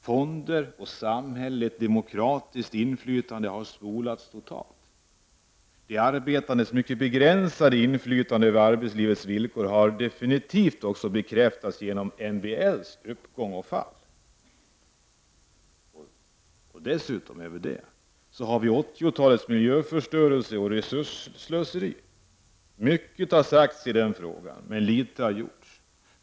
Fonder och samhälleligt demokratiskt inflytande har spolats totalt. De arbetandes mycket begränsade inflytande över arbetslivets villkor har definitivt bekräftats genom MBL:s uppgång och fall. Dessutom har vi 80-talets miljöförstörelse och resursslöseri. Mycket har sagts, men litet har gjorts.